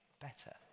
better